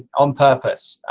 on purpose.